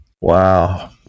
Wow